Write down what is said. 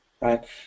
right